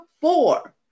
four